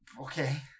Okay